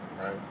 right